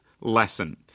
Lesson